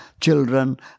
children